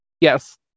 Yes